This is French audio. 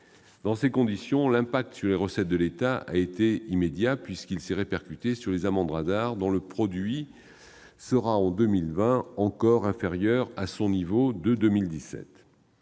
Dans ces conditions, l'impact sur les recettes de l'État a été immédiat et s'est répercuté sur les amendes radars, dont le produit sera, en 2020, encore inférieur à son niveau de 2017.